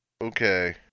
Okay